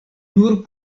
nur